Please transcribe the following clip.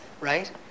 right